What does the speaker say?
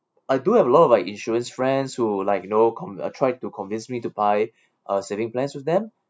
I do have a lot of insurance friends who like you know con~ tried to convince me to buy uh saving plans with them